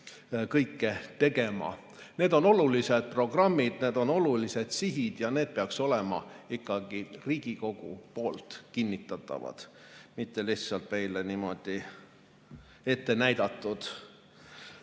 kõike tegema. Need on olulised programmid, need on olulised sihid ja need peaks olema ikkagi Riigikogu poolt kinnitatavad, mitte lihtsalt meile niimoodi ette näidatud. Kuna